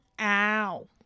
Ow